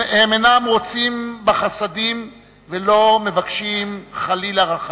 הם אינם רוצים בחסדים, ולא מבקשים, חלילה, רחמים.